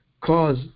Cause